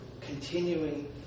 continuing